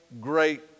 great